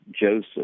Joseph